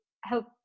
help